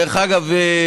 דרך אגב,